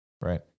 Right